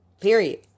Period